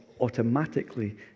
automatically